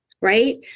Right